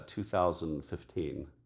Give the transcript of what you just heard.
2015